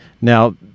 now